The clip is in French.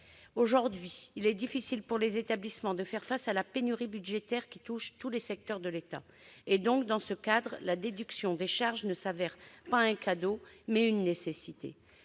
aujourd'hui, il est difficile pour les établissements de faire face à la pénurie budgétaire qui touche tous les secteurs de l'État. Dans ce contexte, la déduction des charges est non pas un cadeau, mais une nécessité.